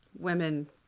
women